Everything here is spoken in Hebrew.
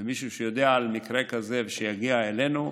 ומישהו שיודע על מקרה כזה, שיגיע אלינו,